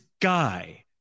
guy